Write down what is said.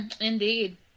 Indeed